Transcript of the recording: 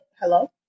hello